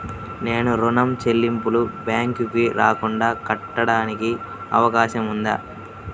నేను ఋణం చెల్లింపులు బ్యాంకుకి రాకుండా కట్టడానికి అవకాశం ఉందా?